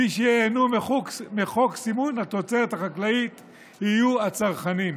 מי שייהנו מחוק סימון התוצרת החקלאית יהיו הצרכנים.